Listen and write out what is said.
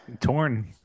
torn